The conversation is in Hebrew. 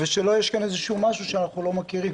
ולא שיש כאן איזה משהו שאנחנו לא מכירים,